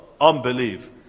unbelief